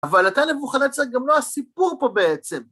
אבל הייתה לאבוחנצר גם לא הסיפור פה בעצם.